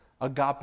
agape